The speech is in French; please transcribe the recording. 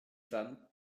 femme